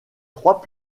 trois